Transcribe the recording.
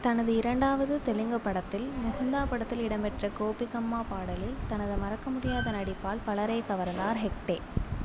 தனது இரண்டாவது தெலுங்குப் படத்தில் முகுந்தா படத்தில் இடம்பெற்ற கோபிகம்மா பாடலில் தனது மறக்கமுடியாத நடிப்பால் பலரைக் கவர்ந்தார் ஹெக்டே